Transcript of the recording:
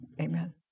Amen